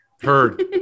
Heard